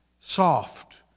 soft